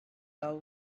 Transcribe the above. love